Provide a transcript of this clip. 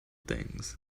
things